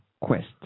quest